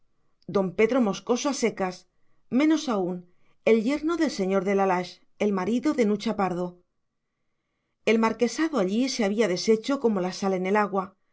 don pedro moscoso a secas menos aún el yerno del señor de la lage el marido de nucha pardo el marquesado allí se había deshecho como la sal en el agua